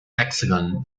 hexagon